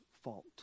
fault